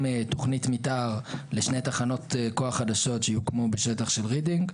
תכנית מתאר לשתי תחנות כוח חדשות שיוקמו בשטח של רידינג.